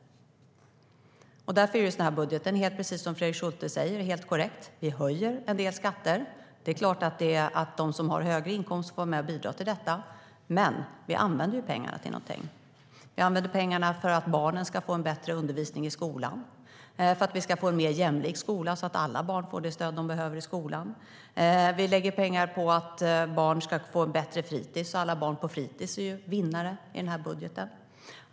Därför innebär denna budget, precis som Fredrik Schulte säger helt korrekt, att vi höjer en del skatter. Det är klart att de som har högre inkomster får vara med och bidra till detta. Men vi använder pengarna till någonting. Vi använder pengarna för att barnen ska få en bättre undervisning i skolan och för att vi ska få en mer jämlik skola så att alla barn får det stöd som de behöver i skolan. Vi lägger pengar på att barn ska få bättre fritis. Därför är alla barn på fritis vinnare i denna budget.